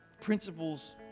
principles